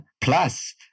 Plus